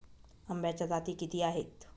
आंब्याच्या जाती किती आहेत?